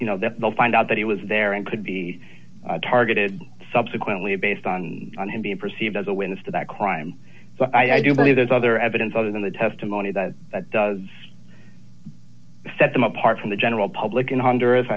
you know that they'll find out that he was there and could be targeted subsequently based on on him being perceived as a witness to that crime so i do believe there's other evidence other than the testimony that does set them apart from the general public in h